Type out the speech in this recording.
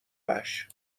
وحش